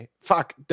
Fuck